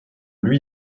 lui